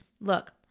look